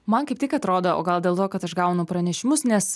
man kaip tik atrodo o gal dėl to kad aš gaunu pranešimus nes